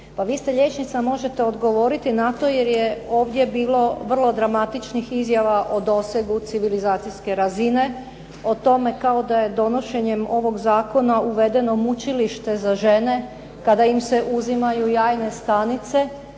Pa vi ste liječnica, možete odgovoriti na to jer je ovdje bilo vrlo dramatičnih izjava o dosegu civilizacijske razine, o tome kao da je donošenjem ovog zakona uvedeno mučilište za žene kada im se uzimaju jajne stanice,